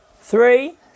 three